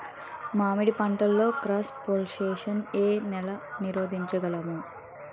మామిడి పంటలో cross pollination నీ ఏల నీరోధించగలము?